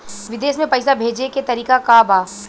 विदेश में पैसा भेजे के तरीका का बा?